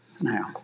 Now